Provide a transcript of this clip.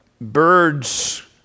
birds